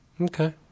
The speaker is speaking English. Okay